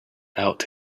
out